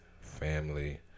family